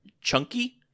chunky